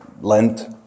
Lent